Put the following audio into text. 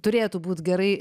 turėtų būt gerai